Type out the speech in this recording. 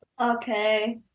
Okay